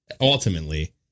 Ultimately